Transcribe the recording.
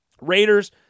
Raiders